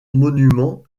monument